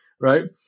right